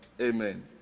Amen